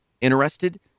interested